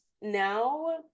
now